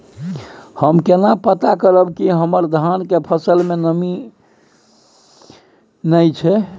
हम केना पता करब की हमर धान के फसल में नमी नय छै?